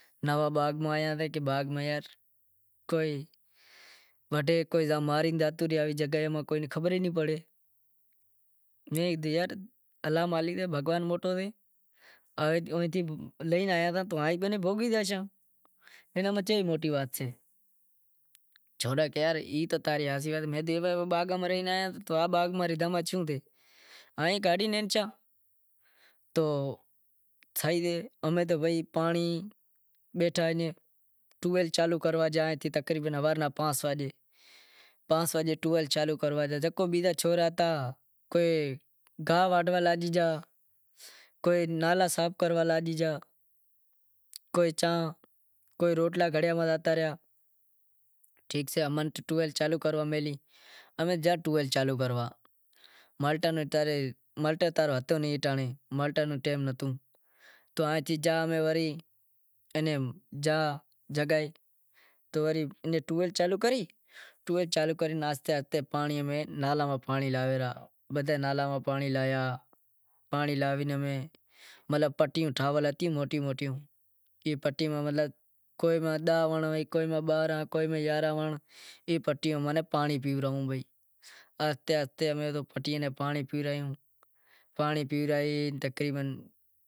باغ میں کوئی وڈھے زاں ماری زاتو رے تو ایئے زگہے میں کوئی ناں خبر ئی ناں پڑے میں کہیو الا مالک سے ای ماں چے موٹی وات سے، سورا کہیں ای تاری ہاسی وات سے، تو سائیں امیں تو پانڑی بیٹھا ائیں ٹیوب ویل چالو کروا جائیں، بیزا جکو چھورا ہتا کوئی گاہ واڈھوا لاگی گیا کو نالا صاف کروا لاگی گیا کوئی چاں کوئی روٹلا گھڑیا ماتھے زاتا ریا، امیں جاں ٹیوب ویل چالو کرواں، اینی ٹیوب ویل چالو کری آہستے آہستے بدہا نالا ماں پانڑی لاواں رہا، پٹیوں ٹھاول ہتیوں کوئی ماں ڈاہ ونڑ ہوئیں کوئی میں پندرینہں تو وڑی پٹیوں میں پانڑی پیورایو۔